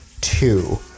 two